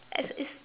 it's it's